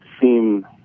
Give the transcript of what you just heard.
seem